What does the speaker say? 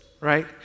right